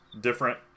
different